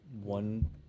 One